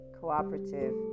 cooperative